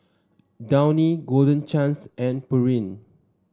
Downy Golden Chance and Pureen